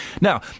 Now